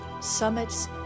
summits